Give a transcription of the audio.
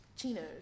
chinos